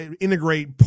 integrate